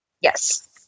Yes